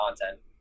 content